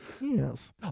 Yes